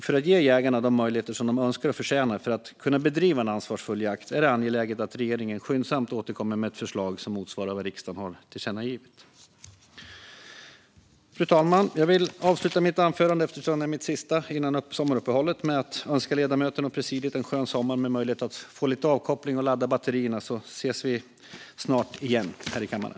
För att ge jägarna de möjligheter som de önskar och förtjänar för att kunna bedriva en ansvarsfull jakt är det angeläget att regeringen skyndsamt återkommer med ett förslag som motsvarar vad riksdagen har tillkännagivit. Fru talman! Jag vill avsluta mitt anförande, eftersom det är mitt sista före sommaruppehållet, med att önska ledamöterna och presidiet en skön sommar med möjlighet att få lite avkoppling och ladda batterierna. Vi ses snart igen här i kammaren!